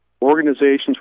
Organizations